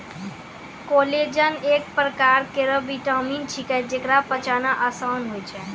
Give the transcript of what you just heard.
collagen एक परकार केरो विटामिन छिकै, जेकरा पचाना आसान होय छै